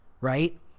right